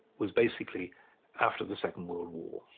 was basically after the second world war.